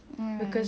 ya